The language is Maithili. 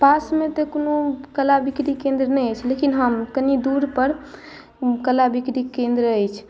पासमे तऽ कोनो कला बिक्री केन्द्र नहि अछि लेकिन हँ कनी दूर पर कला बिक्री केन्द्र अछि